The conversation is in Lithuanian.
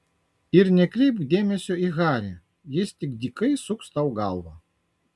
ir nekreipk dėmesio į harį jis tik dykai suks tau galvą